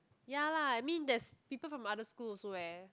ya lah I mean there's people from other school also leh